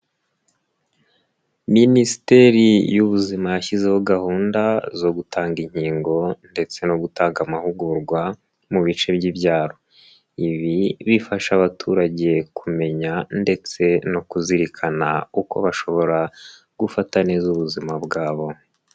Minisiteri y'ubuzima yashyizeho gahunda zo gutanga inkingo ndetse no gutanga amahugurwa mu bice by'ibyaro. Ibi bifasha abaturage kumenya ndetse no kuzirikana uko bashobora gufata neza ubuzima bwabo.